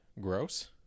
gross